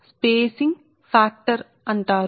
కాబట్టి ఈ పదాన్ని ఇండక్టెన్స్ స్పేసింగ్ ఫ్యాక్టర్ అంటారు